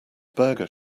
burger